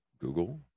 Google